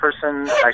person